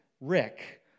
Rick